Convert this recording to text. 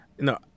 No